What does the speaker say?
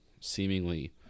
seemingly